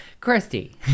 christy